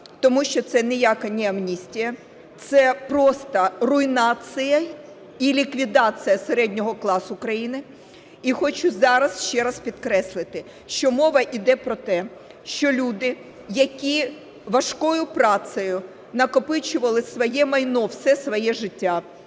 Тому що це ніяка не амністія – це просто руйнація і ліквідація середнього класу країни. І хочу зараз ще раз підкреслити, що мова йде про те, що люди, які важкою працею накопичували своє майно все своє життя,